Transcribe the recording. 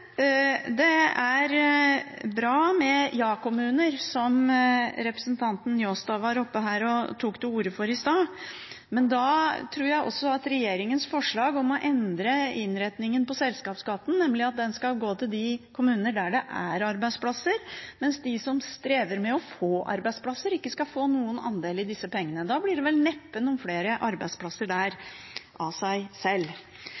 Det er bra med ja-kommuner, som representanten Njåstad tok til orde for i stad, men da tror jeg også at regjeringen må endre forslaget om innretningen på selskapsskatten, nemlig fordi den skal gå til de kommunene der det er arbeidsplasser, mens de som strever med å få arbeidsplasser, ikke skal få noen andel i disse pengene. Da blir det neppe noen flere arbeidsplasser der av seg selv.